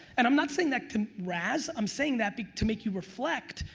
and i'm not saying that to razz, i'm saying that to make you reflect,